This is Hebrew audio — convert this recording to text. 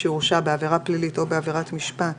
שהורשע בעבירה פלילית או בעבירת משמעת